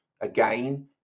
again